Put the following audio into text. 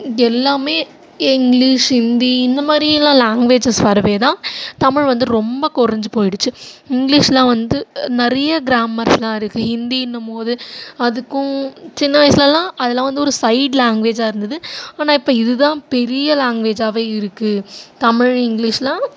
எல்லாமே இங்கிலீஷ் ஹிந்தி இந்தமாதிரில்லாம் லாங்குவேஜஸ் வரவேதான் தமிழ் வந்து ரொம்ப குறைஞ்சி போயிடுச்சு இங்கிலீஷில் வந்து நிறைய க்ராமர்ஸெல்லாம் இருக்குது ஹிந்தின்னும் போது அதுக்கும் சின்ன வயசிலெல்லாம் அதெல்லாம் வந்து ஒரு சைட் லாங்குவேஜாக இருந்தது ஆனால் இப்போ இதுதான் பெரிய லாங்குவேஜாகவே இருக்குது தமிழ் இங்கிலீஷெல்லாம்